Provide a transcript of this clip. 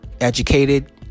educated